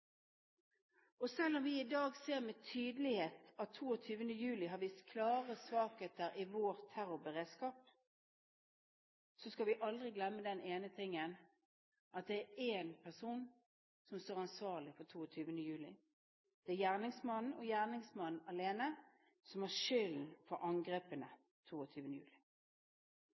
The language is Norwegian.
Selv om vi i dag ser med tydelighet at 22. juli har vist klare svakheter i vår terrorberedskap, skal vi aldri glemme den ene tingen – at det er én person som står ansvarlig for 22. juli. Det er gjerningsmannen og gjerningsmannen alene som har skylden for angrepene 22. juli.